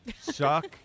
suck